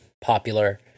popular